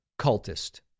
cultist